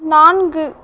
நான்கு